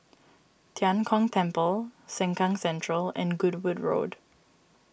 Tian Kong Temple Sengkang Central and Goodwood Road